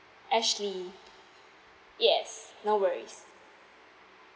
ashley yes no worries